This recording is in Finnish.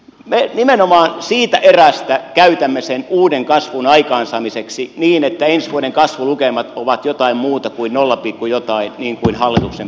me nimenomaan siitä erästä käytämme sen uuden kasvun aikaansaamiseksi niin että ensi vuoden kasvulukemat ovat jotain muuta kuin nolla pilkku jotain niin kuin hallituksen paperit sanovat